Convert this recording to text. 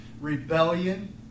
Rebellion